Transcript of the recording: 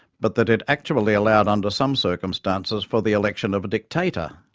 but that it actually allowed under some circumstances for the election of a dictator.